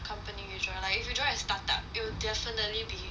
company you join right if you join a start-up you will definitely be